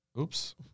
oops